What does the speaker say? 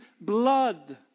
blood